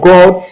God